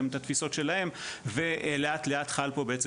גם את התפיסות שלהם ולאט לאט חל פה בעצם